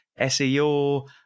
SEO